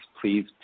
please